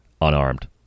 unarmed